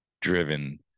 driven